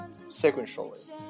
sequentially